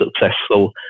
successful